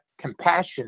compassion